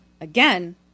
Again